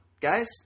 guys